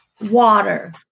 water